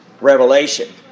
revelation